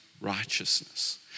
righteousness